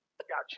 Gotcha